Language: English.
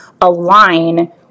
align